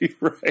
Right